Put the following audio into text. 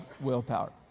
willpower